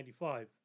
1995